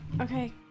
Okay